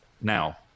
now